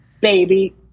baby